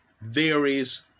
varies